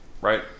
Right